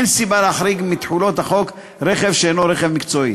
אין סיבה להחריג מתחולת החוק רכב שאינו רכב מקצועי.